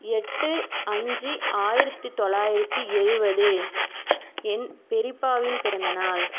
எட்டு அஞ்சு ஆயிரத்தி தொள்ளாயிரத்தி எழுபது என் பெரியப்பாவின் பிறந்தநாள்